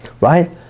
right